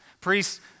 Priests